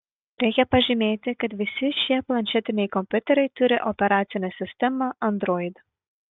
reikia pažymėti kad visi šie planšetiniai kompiuteriai turi operacinę sistemą android